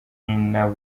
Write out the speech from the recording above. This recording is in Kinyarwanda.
minembwe